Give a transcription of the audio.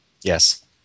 Yes